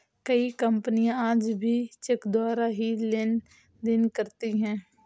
कई कपनियाँ आज भी चेक द्वारा ही लेन देन करती हैं